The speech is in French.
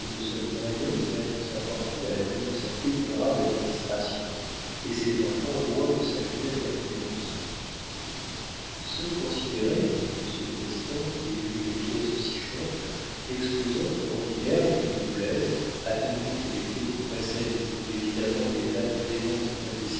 le seul moyen de mettre sa fortune à l'abri de sa déplorable administration et ses enfants loin de sa funeste influence ce considéré monsieur le président et vu les pièces ci jointes l'exposante requiert qu'il vous plaise attendu que les faits qui précèdent prouvent évidemment l'état de démence et